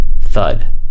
thud